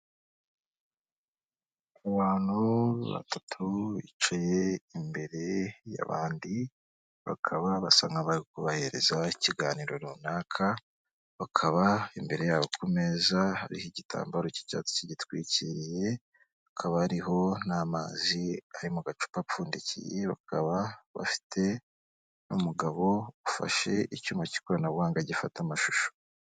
Abantu batatu bicaye imbere y'abandi bakaba basa nkabari kubahereza ikiganiro runaka, bakaba imbere yabo ku meza hariho igitambaro cy'icyatsi kigitwikiriye, hakaba hariho n'amazi ari mu gacupa apfundi bakaba bafite n'umugabo ufashe icyuma cy'ikoranabuhanga gifata amashusho.